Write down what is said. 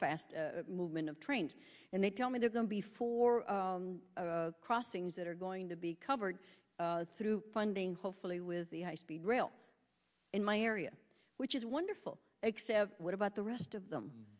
fast movement of trains and they tell me they're going before crossings that are going to be covered through funding hopefully with the high speed rail in my area which is wonderful except what about the rest of